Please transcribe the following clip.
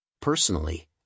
Personally